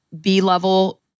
B-level